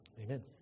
Amen